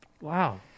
Wow